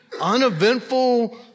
uneventful